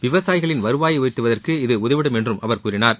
விவசாயிகளின் வருவாயை உயர்த்துவதற்கு இது உதவிடும் என்றும் அவர் கூறினார்